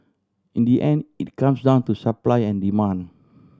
in the end it comes down to supply and demand